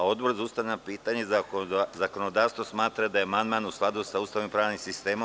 Odbor za ustavna pitanja i zakonodavstvo smatra da je amandman u skladu sa Ustavom i pravnim sistemom.